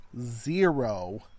zero